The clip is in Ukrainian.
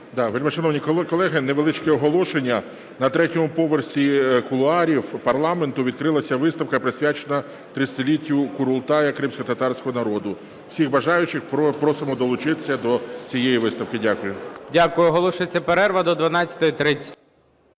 Вельмишановні колеги, невеличке оголошення. На третьому поверсі кулуарів парламенту відкрилася виставка, присвячена 30-літтю Курултаю кримськотатарського народу. Всіх бажаючих просимо долучитися до цієї виставки. Дякую. 11:59:12 ГОЛОВУЮЧИЙ. Дякую. Оголошується перерва до 12:30.